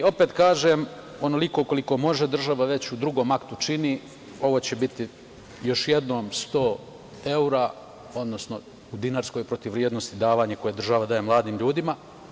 Opet kažem, onoliko koliko može država već u drugom aktu čini, ovo će biti još jednom sto evra, odnosno u dinarskoj protivvrednosti, davanje koje država daje mladim ljudima.